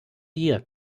year